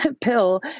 pill